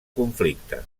conflicte